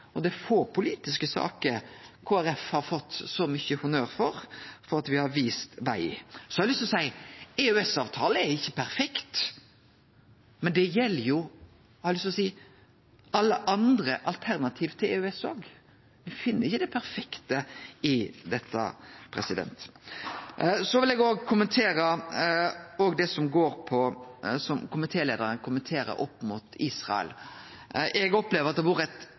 Det er få politiske saker Kristeleg Folkeparti har fått så mykje honnør for som den, for at me har vist veg. Så har eg lyst til å seie: EØS-avtalen er ikkje perfekt, men det gjeld jo òg – det har eg lyst til å seie – alle dei andre alternativa til EØS. Ein finn ikkje det perfekte i dette. Så vil eg òg kommentere det som komitéleiaren nemner om Israel. Eg opplever at det har vore